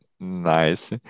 Nice